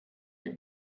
ihr